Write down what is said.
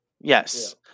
Yes